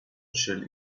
shall